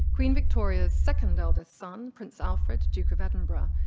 queen victoria's second eldest son, prince alfred, duke of edinburgh,